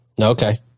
Okay